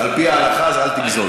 על פי ההלכה, אז אל תגזול.